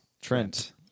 Trent